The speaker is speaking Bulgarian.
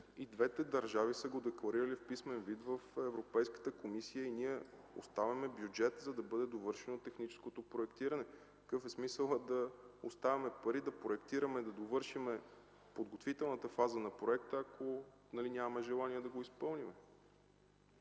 и двете държави са го декларирали в писмен вид в Европейската комисия и ние оставяме бюджет, за да бъде довършено техническото проектиране. Какъв е смисълът да оставяме пари, да проектираме, да довършим подготвителната фаза на проекта, ако нямаме желание да го изпълним?